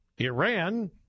Iran